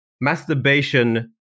masturbation